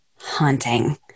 haunting